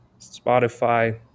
Spotify